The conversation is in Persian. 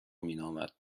مینامد